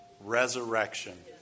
Resurrection